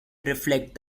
reflect